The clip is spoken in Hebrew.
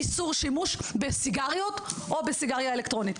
איסור שימוש בסיגריות או בסיגריה אלקטרונית,